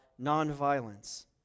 nonviolence